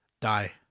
die